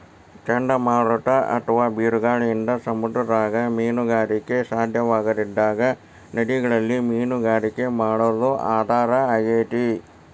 ಚಂಡಮಾರುತ ಅತ್ವಾ ಬಿರುಗಾಳಿಯಿಂದ ಸಮುದ್ರದಾಗ ಮೇನುಗಾರಿಕೆ ಸಾಧ್ಯವಾಗದಿದ್ದಾಗ ನದಿಗಳಲ್ಲಿ ಮೇನುಗಾರಿಕೆ ಮಾಡೋದು ಆಧಾರ ಆಗೇತಿ